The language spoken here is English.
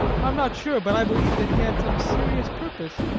i'm not sure, but i believe that he had some serious purpose,